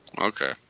Okay